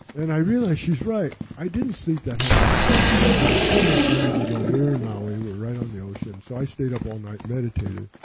and i realized she's right. i didn't sleep that whole night. i was, there was so much energy going. we were in maui, we were right on the ocean. so i stayed up all night, meditated.